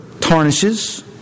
tarnishes